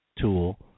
tool